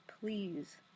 please